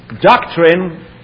doctrine